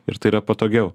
ir tai yra patogiau